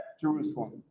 Jerusalem